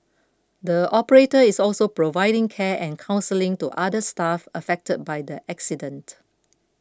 the operator is also providing care and counselling to other staff affected by the accident